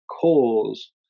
cause